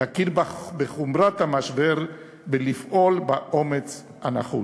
להכיר בחומרת המשבר ולפעול באומץ הנחוץ.